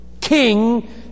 king